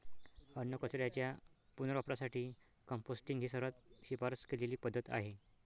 अन्नकचऱ्याच्या पुनर्वापरासाठी कंपोस्टिंग ही सर्वात शिफारस केलेली पद्धत आहे